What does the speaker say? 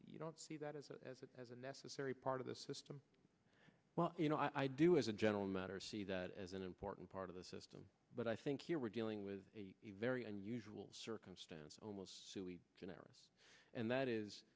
you don't see that as a as a as a necessary part of the system well you know i do as a general matter see that as an important part of the system but i think here we're dealing with a very unusual circumstance almost sui generis and that